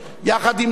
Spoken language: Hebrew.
יחד עם זה,